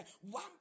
One